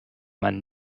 man